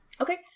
Okay